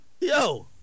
yo